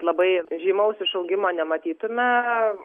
labai žymaus išaugimo nematytume